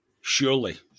Surely